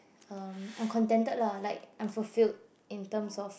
um I'm contented lah like I am fulfilled in term of